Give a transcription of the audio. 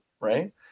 right